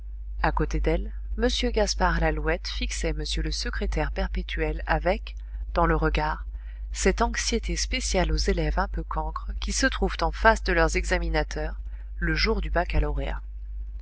a côté d'elle m gaspard lalouette fixait m le secrétaire perpétuel avec dans le regard cette anxiété spéciale aux élèves un peu cancres qui se trouvent en face de leurs examinateurs le jour du baccalauréat